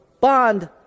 bond